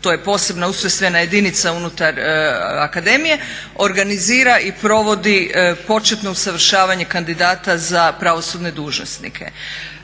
to je posebna ustrojstvena jedinica unutar akademije, organizira i provodi početno usavršavanje kandidata za pravosudne dužnosnike.